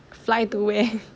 fly to where